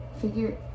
figure